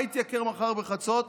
מה יתייקר מחר בחצות?